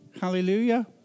Hallelujah